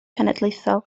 cenedlaethol